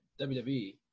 WWE